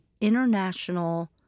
international